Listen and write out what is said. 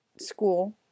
school